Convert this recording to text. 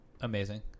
amazing